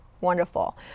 wonderful